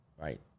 right